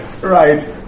Right